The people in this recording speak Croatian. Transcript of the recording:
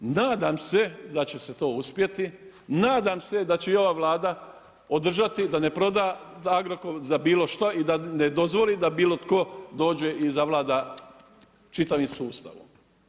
Nadam se da će se to uspjeti, nadam se da će i ova Vlada održati da ne proda Agrokor za bilo šta i da ne dozvoli da bilo tko dođe i zavlada čitavim sustavom.